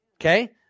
okay